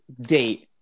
date